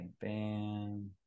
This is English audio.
bam